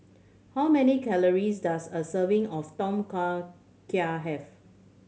how many calories does a serving of Tom Kha Gai have